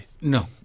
No